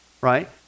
right